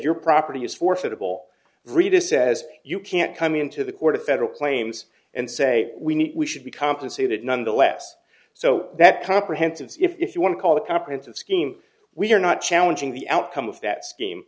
your property is forfeit of all rita says you can't come into the court of federal claims and say we need we should be compensated nonetheless so that comprehensives if you want to call the competence of scheme we are not challenging the outcome of that scheme